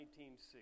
1960